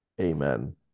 Amen